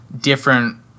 different